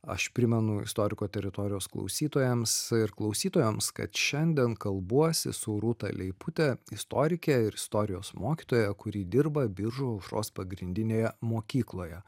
aš primenu istoriko teritorijos klausytojams ir klausytojoms kad šiandien kalbuosi su rūta leipute istorike ir istorijos mokytoja kuri dirba biržų aušros pagrindinėje mokykloje